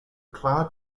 cloud